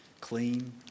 clean